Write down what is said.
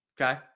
Okay